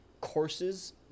courses